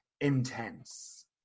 intense